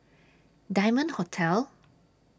Diamond Hotel